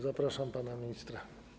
Zapraszam pana ministra.